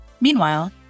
Meanwhile